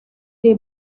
the